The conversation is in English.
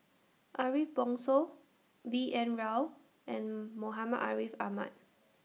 Ariff Bongso B N Rao and Muhammad Ariff Ahmad